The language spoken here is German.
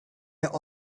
der